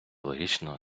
логічно